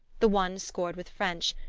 the one scored with french,